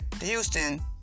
Houston